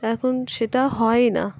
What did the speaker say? এখন সেটা হয় না